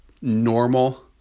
normal